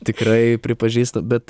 tikrai pripažįstu bet